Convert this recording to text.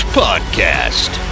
podcast